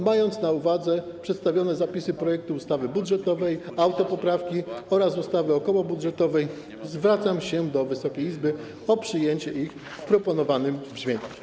Mając na uwadze przedstawione zapisy projektu ustawy budżetowej, autopoprawki oraz ustawy okołobudżetowej, zwracam się do Wysokiej Izby o przyjęcie ich w proponowanym brzmieniu.